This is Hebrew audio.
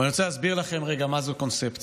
ואני רוצה להסביר לכם רגע מה זאת קונספציה.